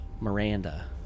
Miranda